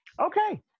okay